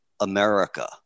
America